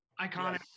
Iconic